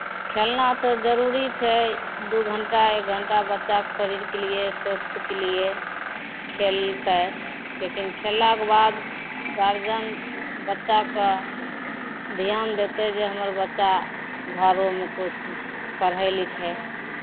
खेलना तऽ जरूरी छै दू घण्टा एक घण्टा बच्चाके शरीरके लिए स्वस्थ्यके लिए खेलतै लेकिन खेललाके बाद गारजन बच्चाके धियान देतै जे हमर बच्चा घरोमे किछु पढ़य लिखय